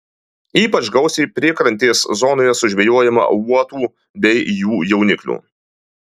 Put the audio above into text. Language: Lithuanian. ypač gausiai priekrantės zonoje sužvejojama uotų bei jų jauniklių